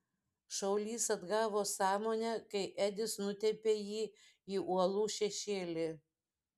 šaulys atgavo sąmonę kai edis nutempė jį į uolų šešėlį